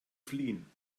fliehen